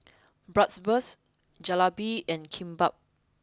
Bratwurst Jalebi and Kimbap